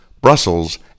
Brussels